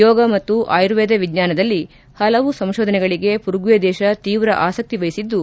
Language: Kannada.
ಯೋಗ ಮತ್ತು ಆರ್ಯುವೇದ ವಿಜ್ಞಾನದಲ್ಲಿ ಹಲವು ಸಂಶೋಧನೆಗೆ ಪುರುಗ್ವೆ ದೇಶ ತೀವ್ರ ಆಸಕ್ತಿ ವಹಿಸಿದ್ದು